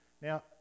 Now